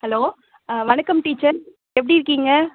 hello ஆ வணக்கம் teacher எப்படி இருக்கீங்க